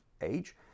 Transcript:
age